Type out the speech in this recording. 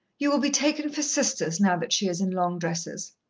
you will be taken for sisters, now that she is in long dresses.